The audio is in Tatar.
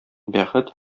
бәхет